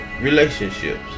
relationships